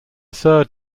third